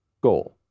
goal